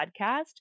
podcast